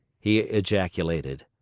he ejaculated.